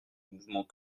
mouvement